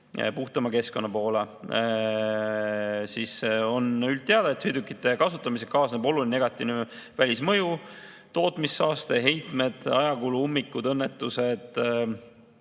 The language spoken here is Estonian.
puhtama keskkonna poole. On üldteada, et sõidukite kasutamisega kaasneb oluline negatiivne välismõju: tootmissaaste, heitmed, ajakulu, ummikud, õnnetused,